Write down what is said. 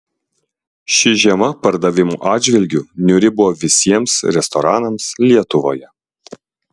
ši žiema pardavimų atžvilgiu niūri buvo visiems restoranams lietuvoje